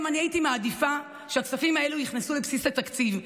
גם אני הייתי מעדיפה שהכספים האלה ייכנסו לבסיס התקציב,